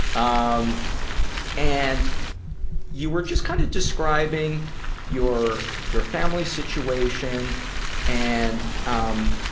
um and you were just kind of describing your your family situation and um